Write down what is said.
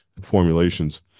formulations